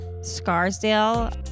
Scarsdale